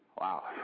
Wow